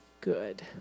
good